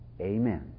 Amen